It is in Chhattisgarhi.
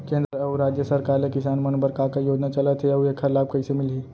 केंद्र अऊ राज्य सरकार ले किसान मन बर का का योजना चलत हे अऊ एखर लाभ कइसे मिलही?